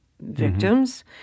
victims